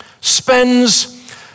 spends